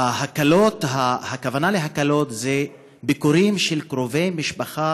בהקלות הכוונה היא לביקורים של קרובי משפחה